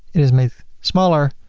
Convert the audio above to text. it is made smaller.